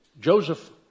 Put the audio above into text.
Joseph